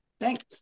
Thanks